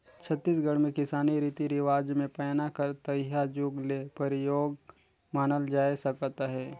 छत्तीसगढ़ मे किसानी रीति रिवाज मे पैना कर तइहा जुग ले परियोग मानल जाए सकत अहे